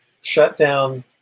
shutdown